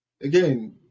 Again